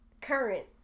current